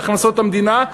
בהכנסות המדינה,